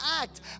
act